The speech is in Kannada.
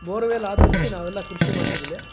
ಬೋರ್ವೆಲ್ ಆಧರಿಸಿ ನಾವೆಲ್ಲ ಕೃಷಿ ಮಾಡ್ತೀವಿಲ್ಲಿ